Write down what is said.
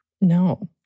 No